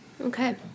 Okay